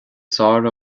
sár